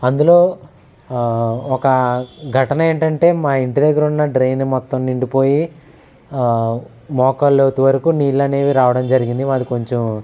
అందులో ఒకా ఘటన ఏంటంటే మా ఇంటి దగ్గర ఉన్న డ్రెయిన్ మొత్తం నిండిపోయి మోకాళ్ళ లోతు వరకు నీళ్ళనేవి రావడం జరిగింది మాది కొంచెం